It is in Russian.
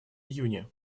июне